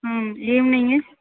ம் ஈவினிங்கு